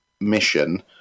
mission